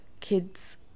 kids